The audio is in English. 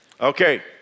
Okay